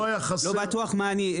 לא בטוח מה אני,